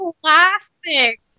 classic